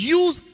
use